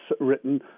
written